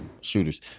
shooters